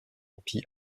épi